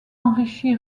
enrichi